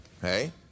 hey